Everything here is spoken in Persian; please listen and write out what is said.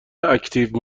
اکتیو